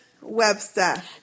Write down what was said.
Webster